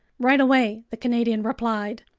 right away! the canadian replied.